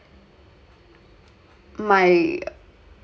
my